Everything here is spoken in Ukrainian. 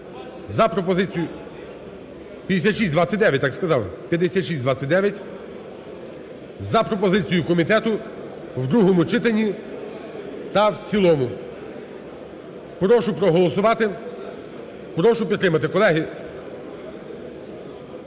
за пропозицією комітету в другому читанні та в цілому. Прошу проголосувати, прошу підтримати. Колеги,